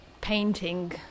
painting